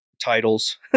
titles